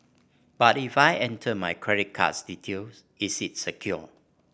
but if I enter my credit card details is it secure